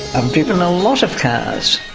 i've driven a lot of cars.